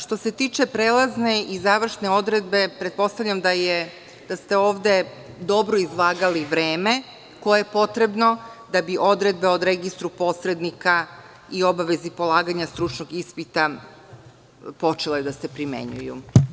Što se tiče prelazne i završne odredbe, pretpostavljam da ste ovde dobro izvagali vreme koje je potrebno da bi odredbe o registru posrednika i obavezi polaganja stručnog ispita počele da se primenjuju.